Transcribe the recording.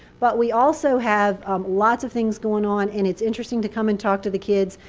but we also have lots of things going on. and it's interesting to come and talk to the kids.